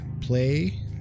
Play